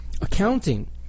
accounting